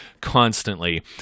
constantly